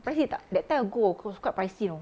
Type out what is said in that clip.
pricey tak that time I go it was quite pricey you know